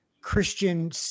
Christian